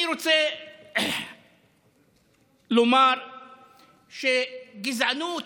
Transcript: אני רוצה לומר שגזענות